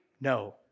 No